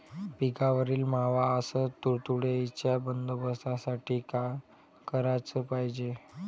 पिकावरील मावा अस तुडतुड्याइच्या बंदोबस्तासाठी का कराच पायजे?